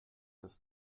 ist